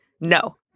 no